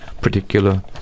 particular